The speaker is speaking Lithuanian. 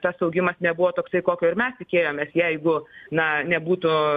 tas augimas nebuvo toksai kokio ir mes tikėjomės jeigu na nebūtų